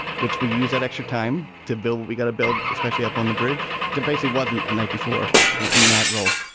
which we use that extra time to build. we got to build especially up on the bridge. debailly wasn't a night before in that role.